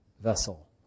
vessel